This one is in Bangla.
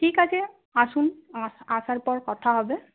ঠিক আছে আসুন আসার পর কথা হবে